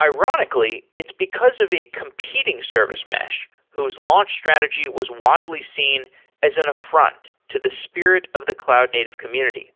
ironically, it's because of a competing service mesh whose launch strategy was widely seen as an affront to the spirit of the cloud native community